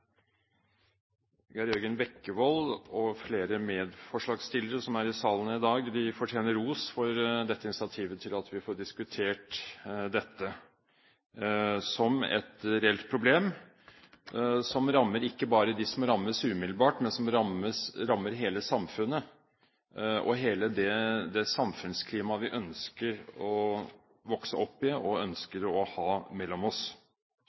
Geir Jørgen Bekkevold, og flere medforslagsstillere som er i salen i dag, fortjener ros for initiativet til at vi får diskutert dette som et reelt problem som ikke bare rammer dem som rammes umiddelbart, men som rammer hele samfunnet og hele det samfunnsklimaet vi ønsker å vokse opp i og ønsker å ha mellom oss.